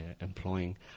employing